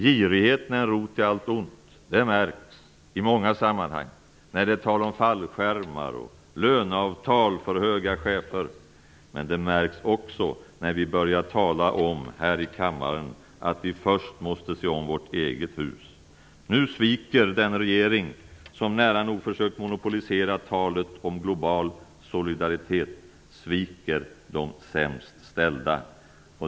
Girigheten är roten till allt ont. Det märks i många sammanhang, t.ex. när det är tal om fallskärmar och löneavtal för höga chefer. Det märks också när vi här i kammaren börjar tala om att vi först måste se om vårt eget hus. Nu sviker den regering, som nära nog försökt monopolisera talet om global solidaritet. Den sviker de sämst ställda.